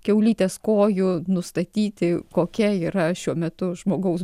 kiaulytės kojų nustatyti kokia yra šiuo metu žmogaus